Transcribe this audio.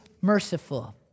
merciful